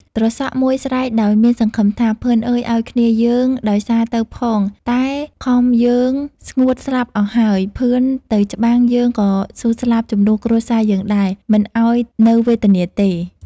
ត្រសក់មួយស្រែកដោយមានសង្ឃឹមថា “ ភឿនអើយឱ្យគ្នាយើងដោយសារទៅផង តែ ខំយើងស្ងួតស្លាប់អស់ហើយ ភឿនទៅច្បាំងយើងក៏ស៊ូស្លាប់ជំនួសគ្រួសារយើងដែរ មិនឱ្យនៅវេទនាទេ ” ។